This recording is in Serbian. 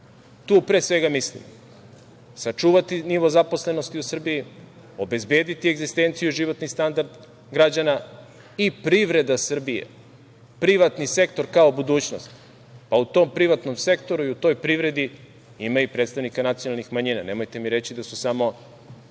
Tu, pre svega, mislim – sačuvati nivo zaposlenosti u Srbiji, obezbediti egzistenciju i životni standard građana i privreda Srbije, privatni sektor kao budućnost, pa u tom privatnom sektoru i u toj privredi ima i predstavnika nacionalnih manjina. Nemojte mi reći da su samo